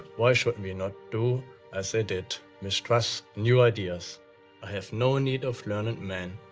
why should we not do as they did? mistrust new ideas. i have no need of learned men.